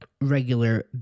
regular